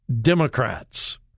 Democrats